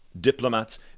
diplomats